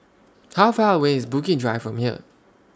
How Far away IS Bukit Drive from here